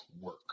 work